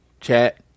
chat